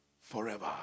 forever